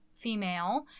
female